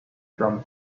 from